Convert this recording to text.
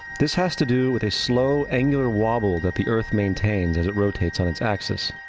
this has to do with a slow angular wobble that the earth maintains as it rotates on it's axis.